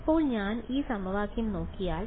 ഇപ്പോൾ ഞാൻ ഈ സമവാക്യം നോക്കിയാൽ